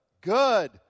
good